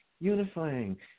Unifying